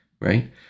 Right